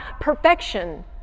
perfection